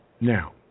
Now